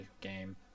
game